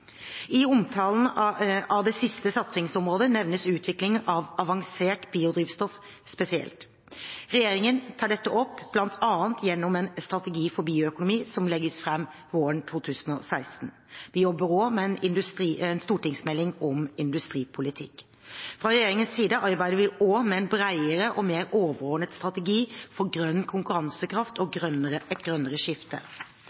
I omtalen av det siste satsingsområdet nevnes utvikling av avansert biodrivstoff spesielt. Regjeringen tar dette opp bl.a. gjennom en strategi for bioøkonomi som legges fram våren 2016. Vi jobber også med en stortingsmelding om industripolitikk. Fra regjeringens side arbeider vi også med en bredere og mer overordnet strategi for grønn konkurransekraft og et grønnere skifte.